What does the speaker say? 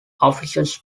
officers